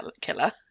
killer